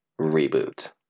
reboot